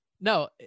No